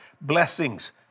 blessings